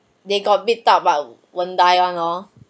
they got beat up but won't die [one] lor